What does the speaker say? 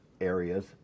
areas